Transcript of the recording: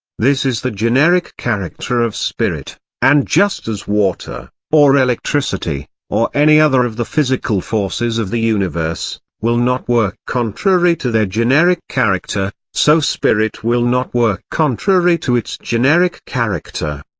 this is the generic character of spirit and just as water, or electricity, or any other of the physical forces of the universe, will not work contrary to their generic character, so spirit will not work contrary to its generic character.